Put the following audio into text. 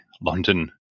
London